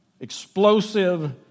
explosive